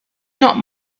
not